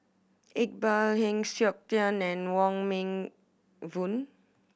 Iqbal Heng Siok Tian and Wong Meng Voon